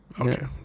Okay